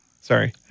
Sorry